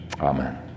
Amen